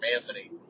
Anthony